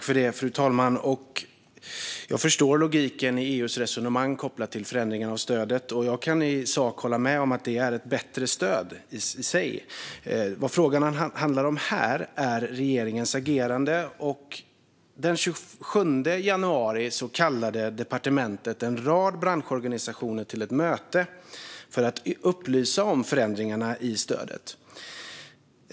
Fru talman! Jag förstår logiken i EU:s resonemang kopplat till förändringarna i stödet, och jag kan i sak hålla med om att det är ett bättre stöd. Vad frågan handlar om här är regeringens agerande. Den 27 januari kallade departementet en rad branschorganisationer till ett möte för att upplysa om förändringarna i stödet.